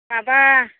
माबा